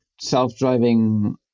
self-driving